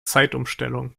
zeitumstellung